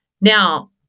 Now